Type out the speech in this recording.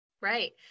Right